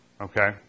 Okay